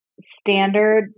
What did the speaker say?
standard